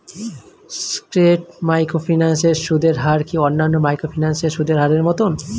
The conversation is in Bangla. স্কেট মাইক্রোফিন্যান্স এর সুদের হার কি অন্যান্য মাইক্রোফিন্যান্স এর সুদের হারের মতন?